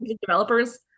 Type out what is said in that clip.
developers